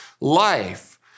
life